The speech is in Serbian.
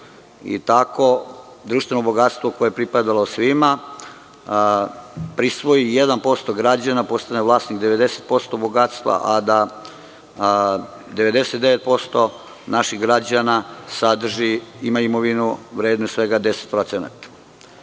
Tako društveno bogatstvo koje je pripadalo svima prisvoji 1% građana, postane vlasnik 90% bogatstva, a da 99% naših građana sadrži, ima imovinu vrednu svega